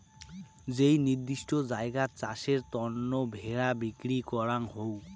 যেই নির্দিষ্ট জায়গাত চাষের তন্ন ভেড়া বিক্রি করাঙ হউ